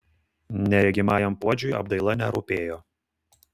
neregimajam puodžiui apdaila nerūpėjo